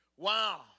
Wow